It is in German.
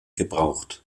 gebraucht